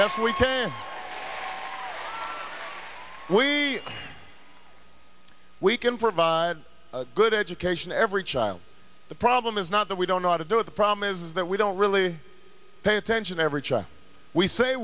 yes we can we we can provide a good education every child the problem is not that we don't know how to do it the problem is that we don't really pay attention every child we say